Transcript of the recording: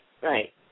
right